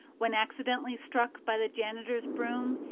when accidentally struck by the janitor's broom,